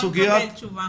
לא נקבל תשובה.